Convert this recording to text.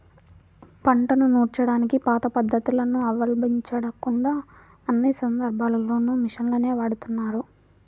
పంటను నూర్చడానికి పాత పద్ధతులను అవలంబించకుండా అన్ని సందర్భాల్లోనూ మిషన్లనే వాడుతున్నారు